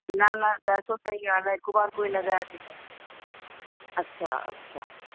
न न पैसो सही ॻाल्हि आहे हिकु बार कोई लॻाए बि थो अच्छा अच्छा